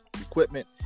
equipment